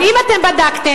אז אם אתם בדקתם,